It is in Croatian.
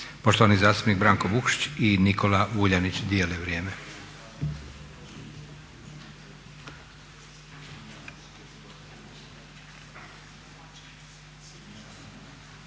poštovani zastupnik Branko Vukšić i Nikola Vuljanić dijele vrijeme.